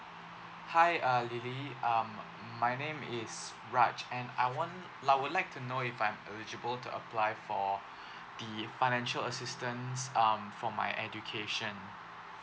hi uh lily um my name is raj and I want I would like to know if I'm eligible to apply for the financial assistance um for my education